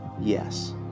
yes